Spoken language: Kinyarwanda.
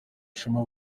shema